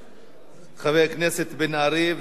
של חבר הכנסת מיכאל בן-ארי וקבוצת חברים.